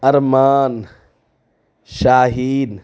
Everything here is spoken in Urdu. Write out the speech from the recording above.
ارمان شاہین